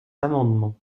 amendement